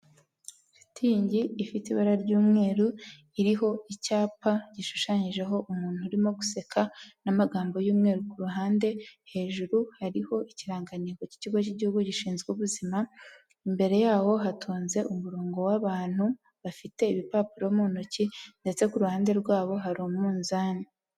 Shitingi ifite ibara ry'umweru iriho icyapa gishushanyijeho umuntu urimo guseka n'amagambo y'umweru, ku ruhande hejuru hariho ikirangantego k'ikigo cy'igihugu gishinzwe ubuzima, imbere yaho hatonze umurongo w'abantu bafite ibipapuro mu ntoki ndetse kuru ruhande rwabo hari umunzani.